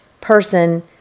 person